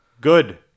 Good